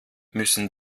müssen